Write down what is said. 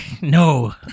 No